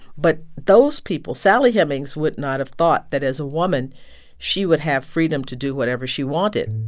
but those people sally hemings would not have thought that as a woman she would have freedom to do whatever she wanted.